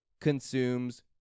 consumes